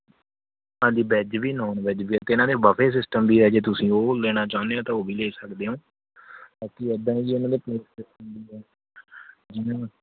ਹਾਂਜੀ ਵੈੱਜ ਵੀ non veg ਇੱਥੇ ਇਹਨਾਂ ਦੇ ਬੱਫੇ ਸਿਸਟਮ ਵੀ ਹੈ ਜੇ ਤੁਸੀਂ ਉਹ ਲੈਣਾ ਚਾਹੁੰਦੇ ਹੋ ਤਾਂ ਉਹ ਵੀ ਲੈ ਸਕਦੇ ਹੋ ਬਾਕੀ ਇੱਦਾਂ ਹੈ ਜੀ ਇਹਨਾਂ ਦੇ ਪਲੇਟ ਸਿਸਟਮ ਵੀ ਹੈ ਜਿਵੇਂ